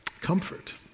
comfort